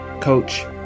Coach